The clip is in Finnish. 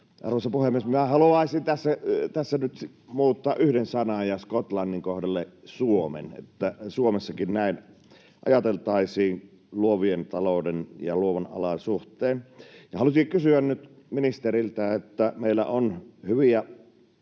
Arvoisa puhemies! Minä haluaisin tässä nyt muuttaa yhden sanan, ”Skotlannin” kohdalle ”Suomen”, että Suomessakin näin ajateltaisiin luovan talouden ja luovien alojen suhteen. Haluaisinkin kysyä nyt ministeriltä: Meillä on hyviä